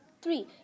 three